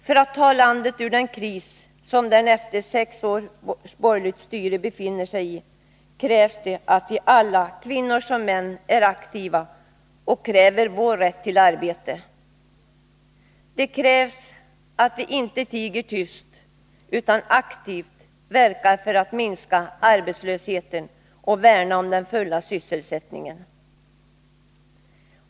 För att ta landet ur den kris som det efter sex års borgerligt styre befinner sigi är det nödvändigt att vi alla — kvinnor som män — är aktiva och kräver vår rätt till arbete. Det krävs att vi inte tiger tyst, utan aktivt verkar för att minska arbetslösheten och värnar om den fulla sysselsättningen.